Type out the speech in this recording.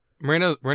Marina